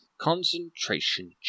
Concentration